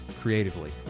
creatively